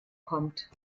kommt